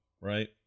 right